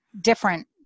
different